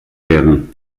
werden